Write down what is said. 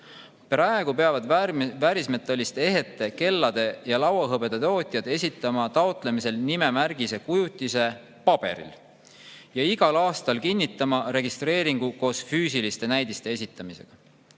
Praegu peavad väärismetallist ehete, kellade ja lauahõbeda tootjad esitama taotlemisel nimemärgise kujutise paberil ja igal aastal kinnitama registreeringu koos füüsiliste näidiste esitamisega.